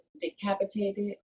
decapitated